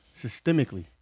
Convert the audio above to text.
systemically